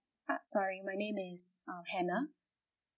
ah sorry my name is uh hannah